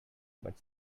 but